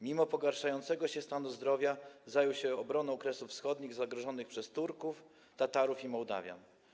Mimo pogarszającego się stanu zdrowia zajął się obroną Kresów Wschodnich zagrożonych przez Turków, Tatarów i Mołdawian.